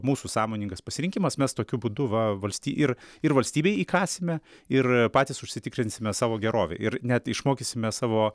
mūsų sąmoningas pasirinkimas mes tokiu būdu va valsty ir ir valstybei įkąsime ir patys užsitikrinsime savo gerovę ir net išmokysime savo